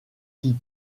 qui